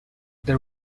there